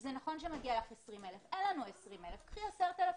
זה נכון שמגיע לך 20 אלף, אין לנו, קחי 9,000